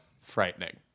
frightening